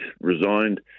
resigned